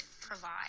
provide